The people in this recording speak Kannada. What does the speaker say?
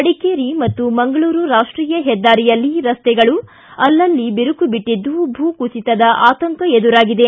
ಮಡಿಕೇರಿ ಮತ್ತು ಮಂಗಳೂರು ರಾಷ್ಟೀಯ ಹೆದ್ದಾರಿಯಲ್ಲಿ ರಸ್ತೆಗಳು ಅಲ್ಲಲ್ಲಿ ಬಿರುಕು ಬಿಟ್ಟದ್ದು ಭೂ ಕುಸಿತದ ಆತಂಕ ಎದುರಾಗಿದೆ